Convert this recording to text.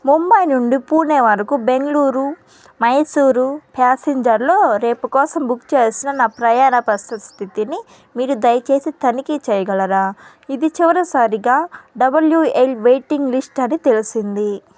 ముంబై నుండి పూణే వరుకు బెంగ్ళూరు మైసూరు ప్యాసింజర్లో రేపు కోసం బుక్ చేసిన నా ప్రయాణ ప్రస్తుత స్థితిని మీరు దయచేసి తనిఖీ చేయగలరా ఇది చివరిసారిగా డబ్ల్యూఎల్ వెయిటింగ్ లిస్ట్ అని తెలిసింది